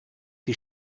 die